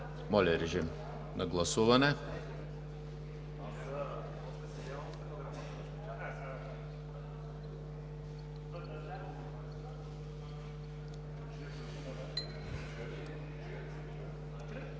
Моля, режим на гласуване.